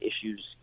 issues